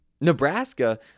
Nebraska